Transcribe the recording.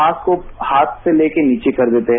mask को हाथ से ले के नीचे कर देते हैं